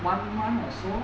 one month or so